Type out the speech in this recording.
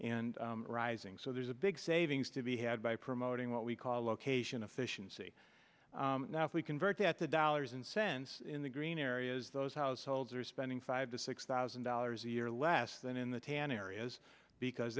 and rising so there's a big savings to be had by promoting what we call location efficiency now if we convert that to dollars and cents in the green areas those households are spending five to six thousand dollars a year less than in the tan areas because